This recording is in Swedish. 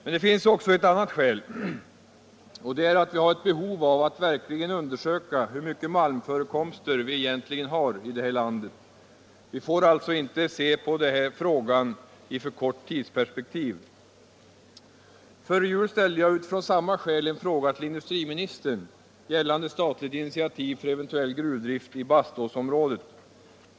Men det finns också ett annat skäl, och det är att vi har ett behov av att verkligen undersöka hur mycket malmförekomster vi egentligen har i det här landet. Vi får alltså inte se på den här frågan i för kort perspektiv. Före jul ställde jag av samma skäl en fråga till industriministern gällande statligt initiativ för eventuell gruvdrift i Baståsområdet.